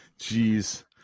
Jeez